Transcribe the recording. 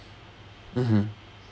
mmhmm